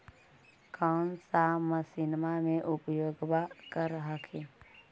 कौन सा मसिन्मा मे उपयोग्बा कर हखिन?